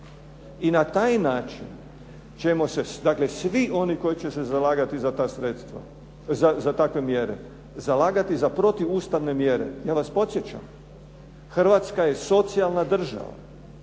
i na taj način ćemo se, dakle svi oni koji će se zalagati za takve mjere, zalagati za protuustavne mjere. Ja vas podsjećam, Hrvatska je socijalna država